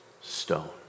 stone